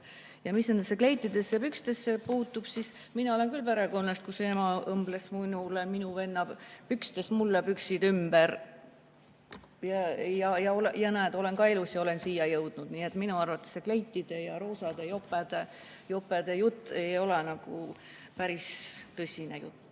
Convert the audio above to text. Mis nendesse kleitidesse ja pükstesse puutub, siis mina olen küll perekonnast, kus ema õmbles minu venna pükstest mulle püksid ümber. Ja näed, olen elus ja olen siia jõudnud. Nii et minu arvates see kleitide ja roosade jopede jutt ei ole nagu päris tõsine jutt.